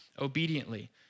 obediently